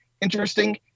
Interesting